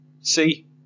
See